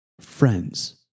Friends